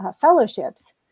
fellowships